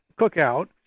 cookout